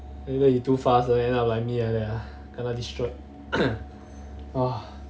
I know he too fast eh like me like that kena destroyed !wah!